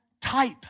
type